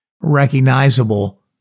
Recognizable